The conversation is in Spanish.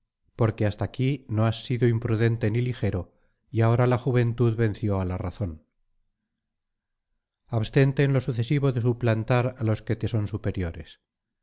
porque hasta aquí no has sido imprudente ni ligero y ahora la juventud venció á la razón abstente en lo sucesivo de suplantar á los que te son superiores